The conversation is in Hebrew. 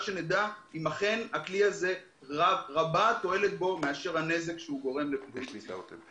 שנדע אם התועלת שבכלי הזה רבה מן הנזק שהוא גורם לבריאות הציבור.